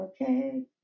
Okay